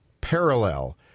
parallel